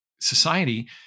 society